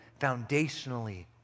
foundationally